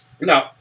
No